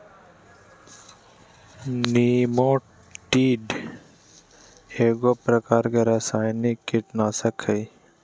निमेंटीड एगो प्रकार के रासायनिक कीटनाशक हइ